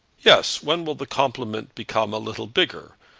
yes when will the compliment become a little bigger?